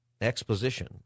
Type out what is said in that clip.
exposition